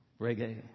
reggae